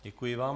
Děkuji vám.